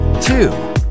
two